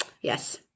Yes